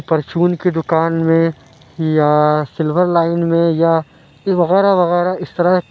پرچون کی دُکان میں یا سلور لائن میں یا وغیرہ وغیرہ اِس طرح